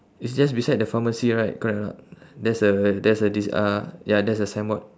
it's just beside the pharmacy right correct or not there's a there's a dis~ uh ya there's a signboard